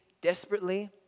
desperately